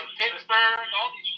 Pittsburgh